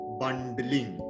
bundling